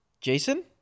Jason